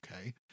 okay